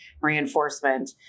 reinforcement